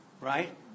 right